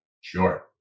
Sure